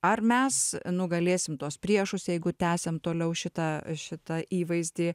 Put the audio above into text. ar mes nugalėsim tuos priešus jeigu tęsiam toliau šitą šitą įvaizdį